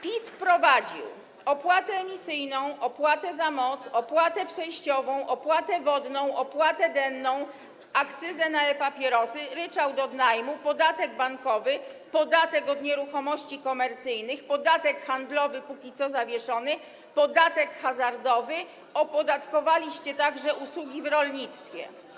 PiS wprowadził opłatę emisyjna, opłatę za moc, opłatę przejściową, opłatę wodną, opłatę denną, akcyzę na e-papierosy, ryczałt od najmu, podatek bankowy, podatek od nieruchomości komercyjnych, podatek handlowy - póki co zawieszony, podatek hazardowy, opodatkowaliście także usługi w rolnictwie.